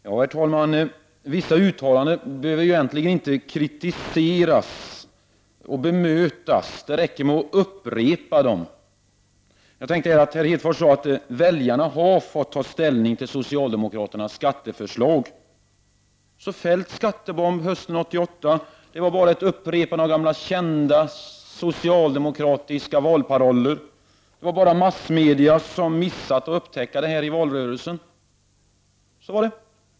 Herr talman! Vissa uttalanden behöver egentligen inte kritiseras och bemötas. Det räcker med att upprepa dem. Lars Hedfors sade att väljarna har fått ta ställning till socialdemokraternas skatteförslag. Så Feldts skattebomb hösten 1988 var bara ett upprepande av kända socialdemokratiska valparoller? Det var bara massmedia som missat att upptäcka detta i valrörelsen? Ja, så måste det ha varit.